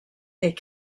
est